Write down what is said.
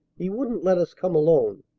he wouldn't let us come alone.